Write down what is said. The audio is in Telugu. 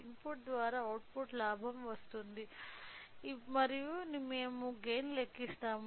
ఇన్పుట్ ద్వారా అవుట్పుట్ లాభం ఇస్తుంది మరియు మేము గైన్ లెక్కిస్తాము